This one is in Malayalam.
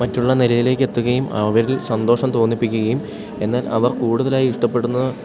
മറ്റുള്ള നിലയിലേക്കെത്തുകയും അവരിൽ സന്തോഷം തോന്നിപ്പിക്കുകയും എന്നാൽ അവർ കൂടുതലായിഷ്ടപ്പെടുന്ന